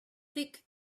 thick